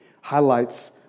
highlights